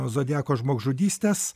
zodiako žmogžudystes